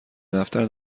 دفتر